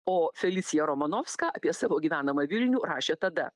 o felicija romanovska apie savo gyvenamą vilnių rašė tada